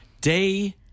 day